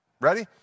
Ready